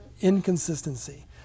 Inconsistency